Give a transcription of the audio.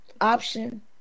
option